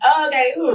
okay